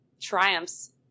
triumphs